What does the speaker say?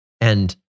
And-